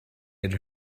had